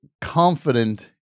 confident